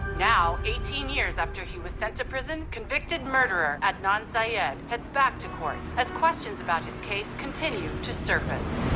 now, eighteen years after he was sent to prison, convicted murderer adnan syed heads back to court as questions about his case continue to surface.